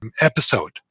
episode